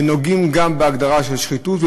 ונוגעות גם בהגדרה של שחיתות,